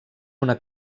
una